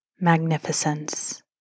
magnificence